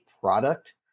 product